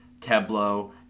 Tableau